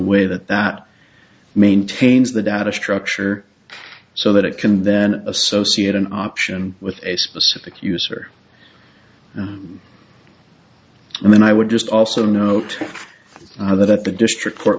way that that maintains the data structure so that it can then associate an option with a specific user i mean i would just also note that at the district court